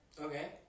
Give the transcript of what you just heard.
Okay